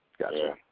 Gotcha